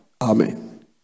amen